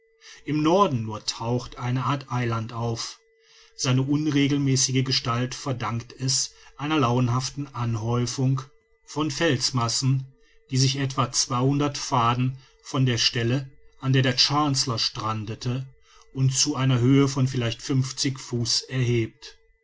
im norden nur taucht eine art eiland auf seine unregelmäßige gestalt verdankt es einer launenhaften aufhäufung von felsmassen die sich etwa zweihundert faden von der stelle an der der chancellor strandete und zu einer höhe von vielleicht fünfzig fuß erhebt